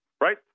right